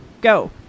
go